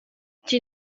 chi